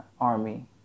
Army